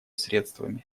средствами